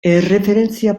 erreferentzia